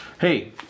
Hey